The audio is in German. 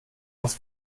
das